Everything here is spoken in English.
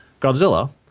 Godzilla